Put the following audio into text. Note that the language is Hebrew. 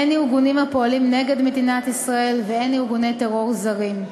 הן ארגונים הפועלים נגד מדינת ישראל והן ארגוני טרור זרים,